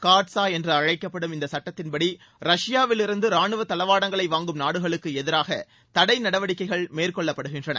CAATSA என்று அழைக்கப்படும் இந்த சட்டத்தின்படி ரஷ்யாவிலிருந்து ராணுவ தளவாடங்களை வாங்கும் நாடுகளுக்கு எதிராக தடை நடவடிக்கைகள் மேற்கொள்ளப்படுகின்றன